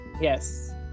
Yes